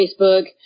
Facebook